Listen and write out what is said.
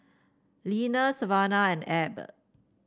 Leanna Savanah and Ebb